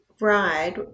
ride